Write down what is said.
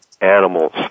animals